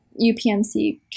UPMC